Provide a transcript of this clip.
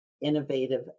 innovative